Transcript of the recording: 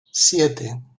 siete